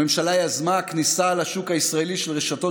הממשלה יזמה כניסה לשוק הישראלי של רשתות